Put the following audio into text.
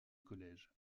college